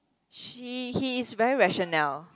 she he is very rationale